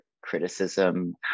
criticism